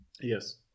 Yes